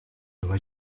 nueva